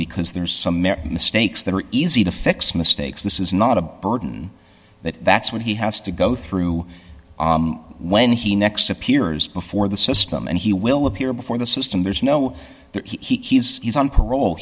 because there's some mistakes that are easy to fix mistakes this is not a burden that that's what he has to go through when he next appears before the system and he will appear before the system there's no he's he's on parole